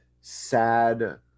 sad